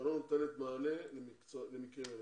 שלא נותנת מענה למקרים אלה.